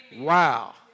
Wow